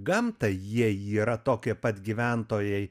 gamtai jie yra tokie pat gyventojai